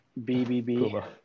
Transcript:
BBB